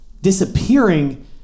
disappearing